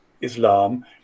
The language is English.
Islam